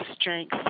strength